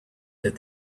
that